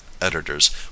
editors